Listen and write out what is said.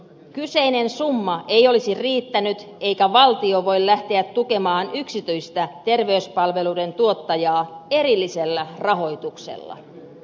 kyseinen summa ei olisi riittänyt eikä valtio voi lähteä tukemaan yksityistä terveyspalveluiden tuottajaa erillisellä rahoituksella